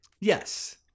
Yes